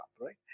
right